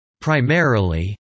Primarily